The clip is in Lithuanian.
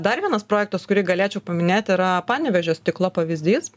dar vienas projektas kurį galėčiau paminėti yra panevėžio stiklo pavyzdys